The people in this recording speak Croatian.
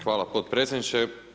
Hvala potpredsjedniče.